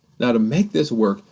now to make this work,